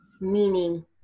Meaning